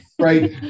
Right